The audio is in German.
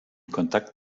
kontakt